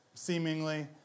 Seemingly